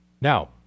Now